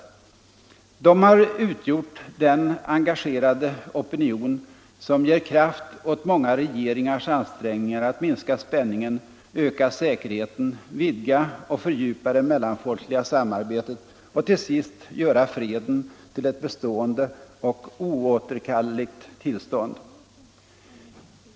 De har utgjort den engagerade opinion som gett kraft åt många regeringars ansträngningar att minska spänningen, öka säkerheten, vidga och fördjupa det mellanfolkliga samarbetet och till sist göra freden till ett bestående och oåterkalleligt tillstånd.